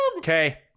Okay